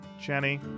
jenny